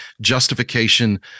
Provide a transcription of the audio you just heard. justification